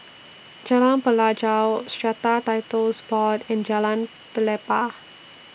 Jalan Pelajau Strata Titles Board and Jalan Pelepah